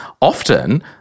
Often